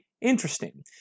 interesting